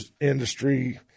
industry